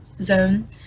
zone